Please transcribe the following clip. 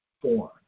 form